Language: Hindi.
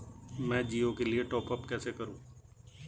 मैं जिओ के लिए टॉप अप कैसे करूँ?